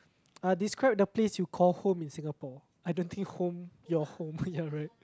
uh describe the place you call home in Singapore I don't think home your home ya right